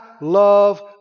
love